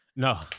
No